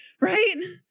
right